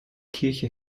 kirche